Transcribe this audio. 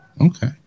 Okay